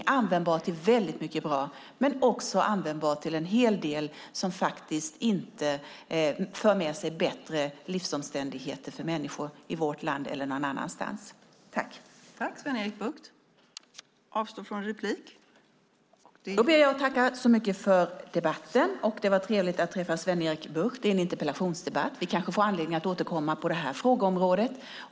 Den är användbar till mycket som är bra men också till en hel del sådant som inte medför bättre livsomständigheter för människor vare sig i vårt land eller i andra länder. Jag ber att få tacka så mycket för debatten. Det var trevligt att möta Sven-Erik Bucht i en interpellationsdebatt. Vi kanske får anledning att återkomma i detta ämne.